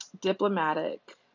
diplomatic